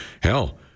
Hell